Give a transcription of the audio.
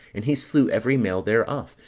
and he slew every male thereof,